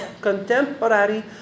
contemporary